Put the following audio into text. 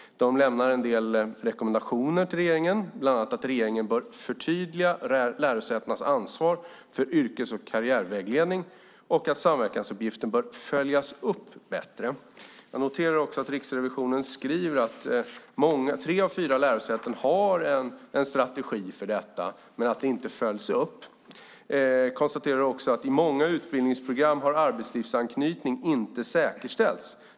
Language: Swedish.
De lämnar en del rekommendationer till regeringen, bland annat att regeringen bör förtydliga lärosätenas ansvar för yrkes och karriärvägledning och att samverkansuppgiften bör följas upp bättre. Jag noterar också att Riksrevisionen skriver att tre av fyra lärosäten har en strategi för detta men att det inte följs upp. Man konstaterar också att för många utbildningsprogram har arbetslivsanknytning inte säkerställts.